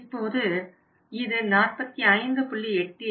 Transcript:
இப்போது இது 45